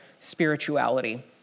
spirituality